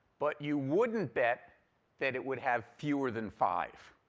but you wouldn't bet that it would have fewer than five.